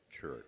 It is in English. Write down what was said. church